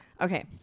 Okay